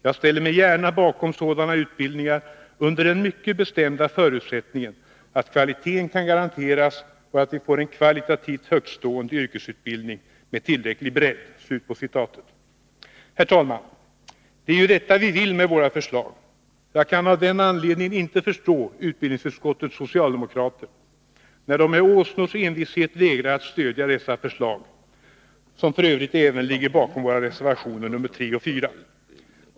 Jag ställer mig gärna bakom sådana utbildningar, under den mycket bestämda förutsättningen att kvaliteten kan garanteras och att vi får en kvalitativt högtstående yrkesutbildning med tillräcklig bredd.” Herr talman! Det är ju detta vi vill med våra förslag. Jag kan av den anledningen inte förstå utbildningsutskottets socialdemokrater, när de med åsnors envishet vägrar att stödja dessa förslag, som f. ö. även ligger bakom våra reservationer nr 3 och 4.